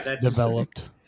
developed